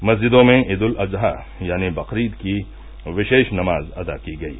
मस्जिदो में ईद उल अजहा यानी बकरीद की विशेष नमाज अदा की गयी